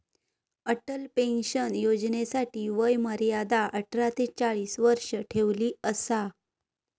Atal pension योजनेसाठी वय मर्यादा अठरा ते चाळीस वर्ष ठेवली असा